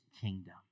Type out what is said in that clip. kingdom